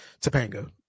Topanga